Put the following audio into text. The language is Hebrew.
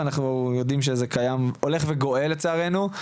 ואנחנו יודעים שזה הולך וגואה לצערנו.